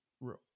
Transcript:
room